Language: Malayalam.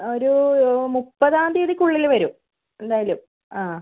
ഒരു മുപ്പതാം തിയതിക്ക് ഉള്ളിൽ വരും എന്തായാലും അ